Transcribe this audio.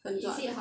很 jua